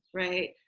right.